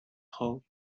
hole